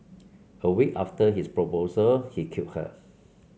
a week after his proposal he killed her